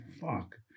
fuck